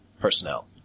personnel